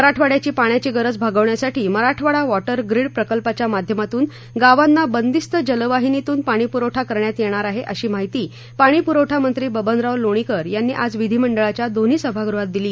मराठवाड्याची पाण्याची गरज भागवण्यासाठी मराठवाडा वॉटर ग्रीड प्रकल्पाच्या माध्यमातून गावांना बंदिस्त जलवाहिनीतून पाणीप्रवठा करण्यात येणार आहे अशी माहिती पाणीप्रवठा मंत्री बबनराव लोणीकर यांनी आज विधीमंडळाच्या दोन्ही सभागृहात दिली